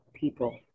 people